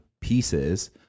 pieces